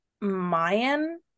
Mayan